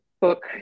book